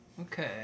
okay